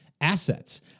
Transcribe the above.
assets